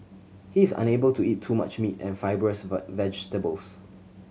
he is unable to eat too much meat and fibrous vegetables